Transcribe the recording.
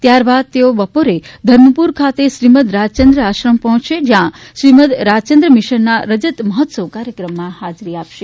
ત્યારબાદ મુખ્યમંત્રી બપોરે ધર્મપુર ખાતે શ્રીમંદ રાજયંદ્ર આશ્રમ પહોંચશે જ્યાં શ્રીમંદ રાજયંદ્ર મીશનના રજત મહોત્સવ કાર્યક્રમમાં હાજરી આપશે